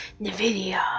NVIDIA